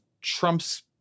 Trump's